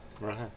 Right